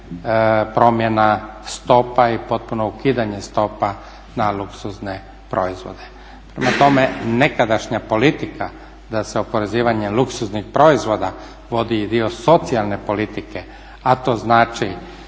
promjena stopa i potpuno ukidanje stopa na luksuzne proizvode. Prema tome, nekadašnja politika da se oporezivanje luksuznih proizvoda vodi i dio socijalne politike, a to znači